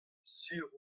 sur